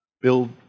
Build